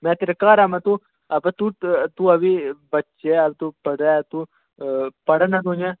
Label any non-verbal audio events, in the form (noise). में तेरे घर आमां तू अबाऽ तू अभी बच्चा ऐ अभी तू पढ़ रहा है पढ़ाना (unintelligible) तू